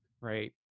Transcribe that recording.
right